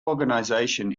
organization